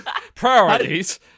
Priorities